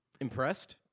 Impressed